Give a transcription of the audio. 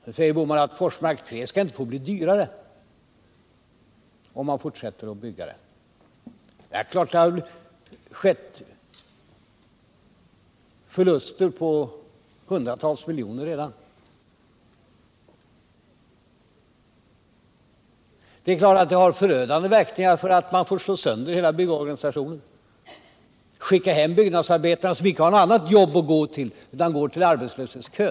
Nu säger Gösta Bohman att Forsmark 3 inte skall få bli dyrare om vi fortsätter och bygger färdigt. Men det har ju redan blivit förluster på hundratals miljoner. Och det är klart att byggstoppet har fått förödande verkningar, eftersom man fått slå sönder hela byggorganisationen och skicka hem byggnadsarbetarna — som inte har något annat jobb att gå till utan får ställa sig i arbetslöshetskön.